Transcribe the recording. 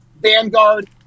Vanguard